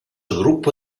группа